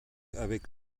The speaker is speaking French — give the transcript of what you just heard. avec